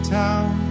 town